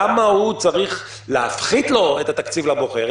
למה צריך להפחית לו את התקציב לבוחר?